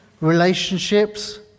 relationships